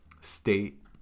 state